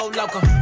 local